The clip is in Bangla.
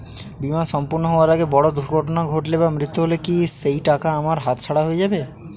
বীমা সম্পূর্ণ হওয়ার আগে বড় দুর্ঘটনা ঘটলে বা মৃত্যু হলে কি সেইটাকা আমার হাতছাড়া হয়ে যাবে?